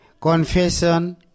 Confession